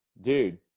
dude